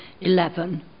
eleven